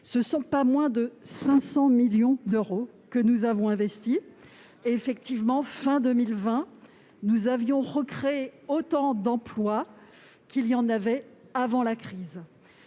Ce ne sont pas moins de 500 millions d'euros que nous avons investis. À la fin de l'année 2020, nous avons recréé autant d'emplois qu'il y en avait avant la crise.